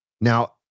Now